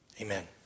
amen